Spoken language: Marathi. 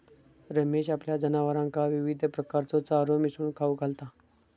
रमेश आपल्या जनावरांका विविध प्रकारचो चारो मिसळून खाऊक घालता